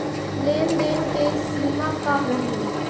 लेन देन के सिमा का रही?